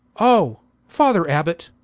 o father abbot,